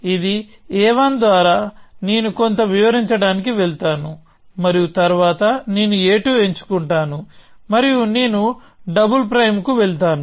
ఇది a1 ద్వారా నేను కొంత వివరించడానికి వెళ్తాను మరియు తరువాత నేను a2 ఎంచుకుంటాను మరియు నేను డబుల్ ప్రైమ్ కు వెళ్తాను